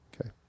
Okay